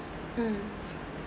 mm